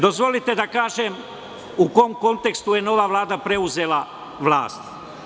Dozvolite da kažem u kom kontekstu je nova Vlada preuzela vlast.